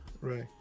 Right